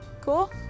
cool